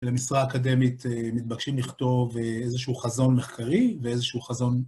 למשרה האקדמית מתבקשים לכתוב איזשהו חזון מחקרי ואיזשהו חזון